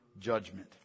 judgment